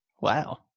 Wow